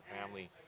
family